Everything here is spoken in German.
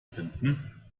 finden